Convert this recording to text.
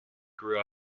grew